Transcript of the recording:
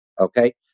Okay